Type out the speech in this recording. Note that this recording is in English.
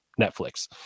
Netflix